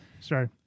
Sorry